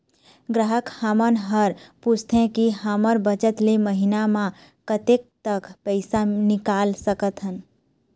ग्राहक हमन हर पूछथें की हमर बचत ले महीना मा कतेक तक पैसा निकाल सकथन?